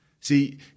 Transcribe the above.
See